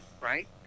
right